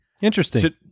interesting